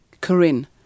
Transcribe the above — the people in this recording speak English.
Corinne